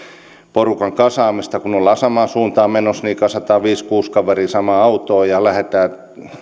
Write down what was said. porukan kasaamista kun ollaan samaan suuntaan menossa niin kasataan viisi viiva kuusi kaveria samaan autoon ja lähdetään